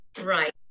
Right